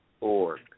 org